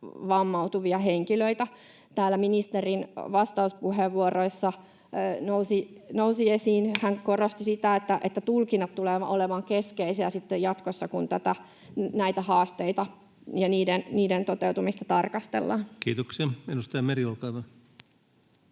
vammautuvia henkilöitä. Täällä ministeri vastauspuheenvuorossa korosti sitä, että tulkinnat tulevat olemaan keskeisiä jatkossa, kun näitä haasteita ja niiden toteutumista tarkastellaan. Kiitoksia. — Edustaja Meri, olkaa hyvä.